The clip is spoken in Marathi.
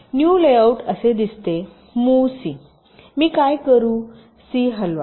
न्यू लेआउट असे दिसते मूव्ह सी मी काय करू सी हलवा